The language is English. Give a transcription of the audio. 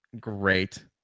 Great